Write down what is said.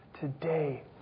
today